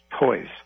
toys